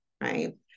right